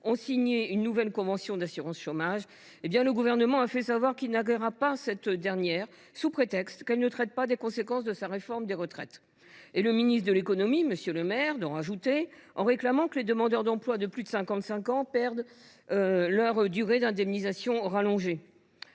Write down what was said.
ont signé une nouvelle convention d’assurance chômage, le Gouvernement a fait savoir qu’il n’agréerait pas cette dernière, sous prétexte qu’elle ne traite pas des conséquences de sa réforme des retraites. Et le ministre de l’économie, M. Le Maire, d’en rajouter en réclamant que les demandeurs d’emploi de plus de 55 ans perdent le bénéfice de leur durée d’indemnisation rallongée